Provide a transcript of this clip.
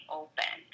open